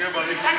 א'.